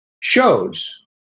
shows